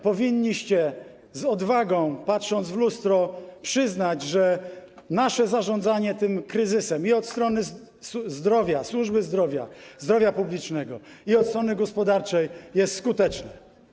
Powinniście z odwagą, patrząc w lustro, przyznać, że nasze zarządzanie tym kryzysem zarówno od strony zdrowia, służby zdrowia, zdrowia publicznego, jak i od strony gospodarczej jest skuteczne.